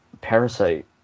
Parasite